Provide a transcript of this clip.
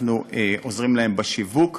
אנחנו עוזרים להם בשיווק,